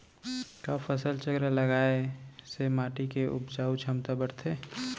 का फसल चक्र लगाय से माटी के उपजाऊ क्षमता बढ़थे?